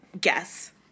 guess